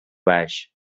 baix